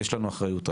יש לנו אחריות עליה.